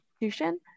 institution